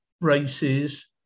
races